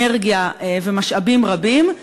אנרגיה ומשאבים רבים,